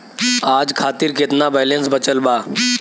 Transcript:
आज खातिर केतना बैलैंस बचल बा?